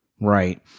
right